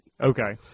Okay